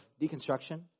deconstruction